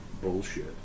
bullshit